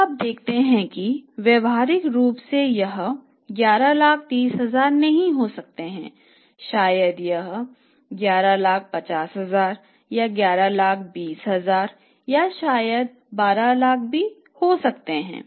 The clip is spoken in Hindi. अब आप देखते हैं कि व्यावहारिक रूप से यह 1130 नहीं हो सकता है यह शायद 115 है यह 112 है यह शायद 12 भी है